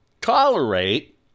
tolerate